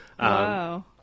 wow